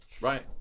Right